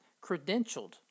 credentialed